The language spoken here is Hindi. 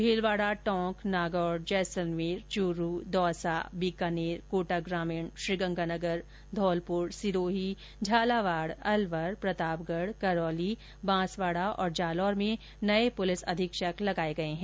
भीलवाडा टोंक नागौर जैसलमेर चुरू दौसा बीकानेर कोटा ग्रामीण श्रीगंगानगर धौलपुर सिरोही झालावाड अलवर प्रतापगढ करौली बांसवाडा तथा जालोर में नये पुलिस अधीक्षक लगार्य गये हैं